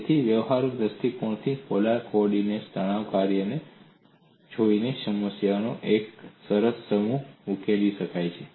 તેથી વ્યવહારુ દૃષ્ટિકોણથી પોલર કો ઓર્ડિનેટ્સમાં તણાવ કાર્યને જોઈને સમસ્યાઓનો એક સરસ સમૂહ ઉકેલી શકાય છે